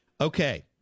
Okay